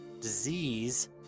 disease